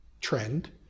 trend